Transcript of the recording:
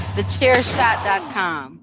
TheChairShot.com